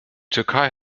türkei